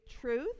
truth